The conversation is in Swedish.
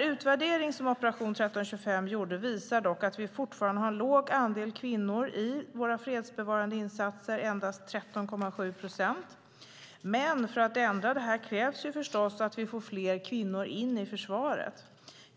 Utvärderingen från Operation 1325 visar dock att vi fortfarande har låg andel kvinnor i våra fredsbevarande insatser, endast 13,7 procent. För att ändra det krävs förstås att vi får in fler kvinnor i försvaret.